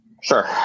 Sure